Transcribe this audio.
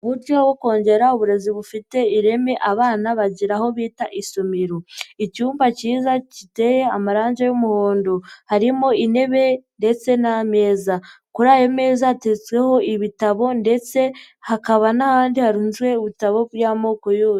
Umuco wo kongera uburezi bufite ireme abana bagira aho bita isomero. Icyumba cyiza giteye amarangi y'umuhondo. Harimo intebe ndetse n'ameza. Kuri ayo meza hateretsweho ibitabo ndetse hakaba n'ahandi harunzwe ibitabo by'amoko yose.